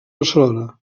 barcelona